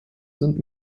sind